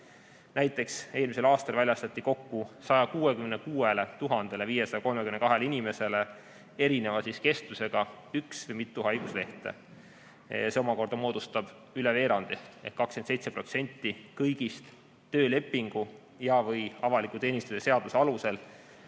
Näiteks eelmisel aastal väljastati kokku 166 532 inimesele erineva kestusega üks või mitu haiguslehte. See omakorda moodustab üle veerandi ehk 27% kõigist töölepingu ja/või avaliku teenistuse seaduse alusel